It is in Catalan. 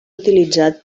utilitzat